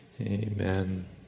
Amen